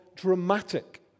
dramatic